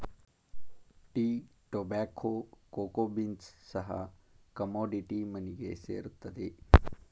tea, tobacco, cocoa beans ಸಹ commodity ಮನಿಗೆ ಸೇರುತ್ತವೆ